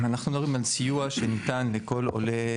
אנחנו מדברים הסיוע שניתן לכל עולה,